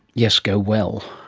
yes, go well.